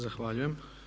Zahvaljujem.